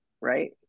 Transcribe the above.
right